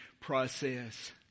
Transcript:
process